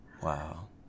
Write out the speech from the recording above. Wow